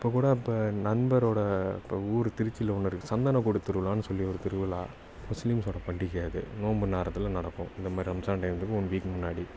இப்போ கூட இப்போ நண்பரோடய இப்போ ஊர் திருச்சியில் ஒன்று இருக்குது சந்தனக்கூடு திருவிழான்னு சொல்லி ஒரு திருவிழா முஸ்லீம்ஸோடய பண்டிகை அது நோன்பு நேரத்தில் நடக்கும் இந்த மாதிரி ரம்ஜான் டைத்துக்கு ஒன் வீக்கு முன்னாடி